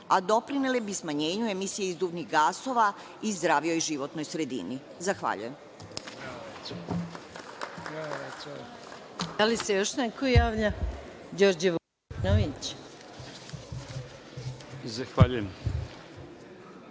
a doprineli bi smanjenju emisije izduvnih gasova i zdravijoj životnoj sredini. Zahvaljujem.